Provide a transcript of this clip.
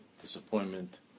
disappointment